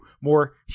more